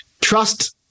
trust